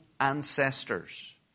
ancestors